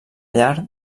llar